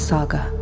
Saga